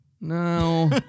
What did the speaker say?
No